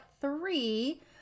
three